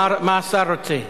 או, מה השר רוצה?